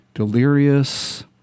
Delirious